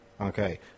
Okay